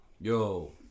yo